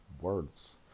words